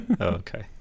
Okay